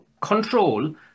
control